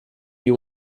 you